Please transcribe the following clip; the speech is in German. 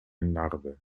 narbe